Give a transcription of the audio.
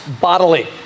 bodily